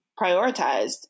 prioritized